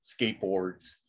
skateboards